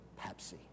Pepsi